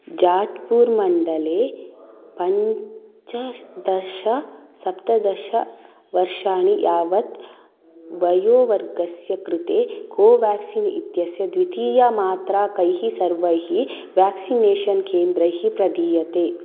जात्पूर् मण्डले पञ्चदश सप्तदश वर्षाणि यावत् वयोवर्गस्य कृते कोवाक्सिन् इत्यस्य द्वितीया मात्रा कैः सर्वैः व्याक्सिनेषन् केन्द्रैः प्रदीयते